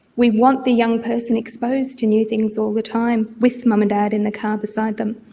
we want the young person exposed to new things all the time, with mum and dad in the car beside them.